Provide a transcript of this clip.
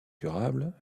durable